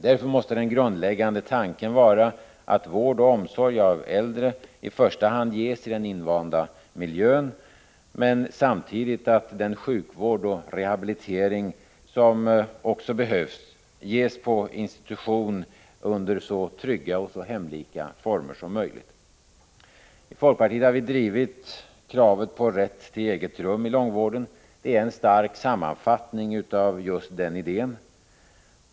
Därför måste den grundläggande tanken vara att vård och omsorg av äldre i första hand ges i den invanda miljön, men att samtidigt den sjukvård och rehabilitering som också behövs ges på institutioner, under så trygga och hemlika former som möjligt. I folkpartiet har vi drivit kravet på rätt till eget rum i långvården. Det är en stark sammanfattning av just denna idé.